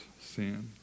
sin